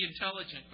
intelligent